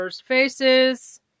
faces